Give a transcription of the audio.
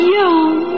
young